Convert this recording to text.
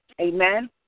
Amen